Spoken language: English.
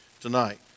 tonight